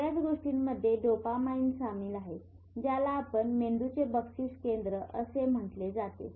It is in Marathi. बर्याच गोष्टींमध्ये डोपामाइन सामील आहे ज्याला आपण मेंदूचे बक्षीस केंद्र असे म्हंटले जाते